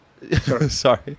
sorry